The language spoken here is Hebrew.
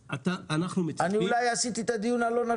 אני אולי עשיתי את הדיון הלא נכון.